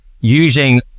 using